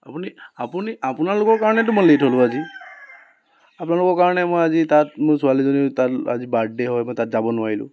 আপুনি আপুনি আপোনালোৰ কাৰণেইতো মই লেইট হ'লোঁ আজি আপোনালোকৰ কাৰণে মই আজি তাত মোৰ ছোৱালীজনী তাত আজি বাৰ্থডে' হয় মই তাত যাব নোৱাৰিলোঁ